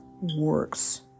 works